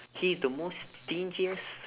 he's the most stingiest